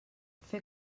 fer